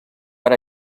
per